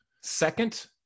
second